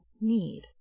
need